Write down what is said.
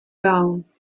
down